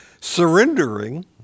surrendering